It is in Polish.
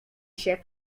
się